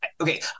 Okay